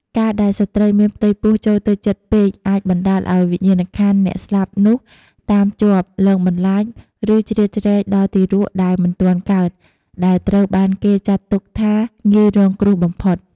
ការដែលស្ត្រីមានផ្ទៃពោះចូលទៅជិតពេក អាចបណ្តាលឲ្យវិញ្ញាណក្ខន្ធអ្នកស្លាប់នោះតាមជាប់ លងបន្លាច ឬជ្រៀតជ្រែកដល់ទារកដែលមិនទាន់កើត ដែលត្រូវបានគេចាត់ទុកថាងាយរងគ្រោះបំផុត។